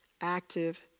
active